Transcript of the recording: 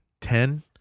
Ten